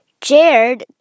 Jared